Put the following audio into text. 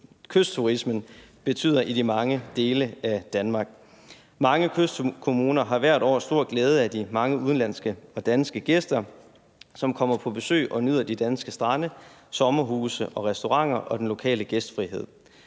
kystturismen betyder i de mange dele af Danmark. Mange kystkommuner har hvert år stor glæde af de mange udenlandske og danske gæster, som kommer på besøg og nyder de danske strande, sommerhuse og restauranter og den lokale gæstfrihed.